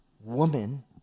Woman